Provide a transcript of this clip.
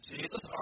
Jesus